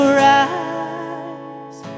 rise